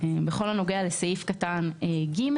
בכל הנוגע לסעיף קטן (ג),